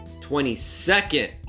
22nd